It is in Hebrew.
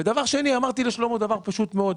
אמרתי לשלמה דבר פשוט מאוד.